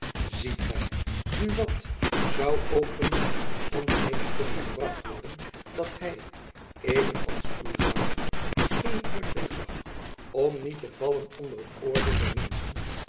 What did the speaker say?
ziet gy buat zoû ook eens in omstandigheden kunnen gebracht worden dat hy even als uw vader geen uitweg zag om niet te vallen onder het oordeel der menschen